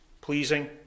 pleasing